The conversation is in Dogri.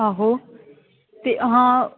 आहो ते आं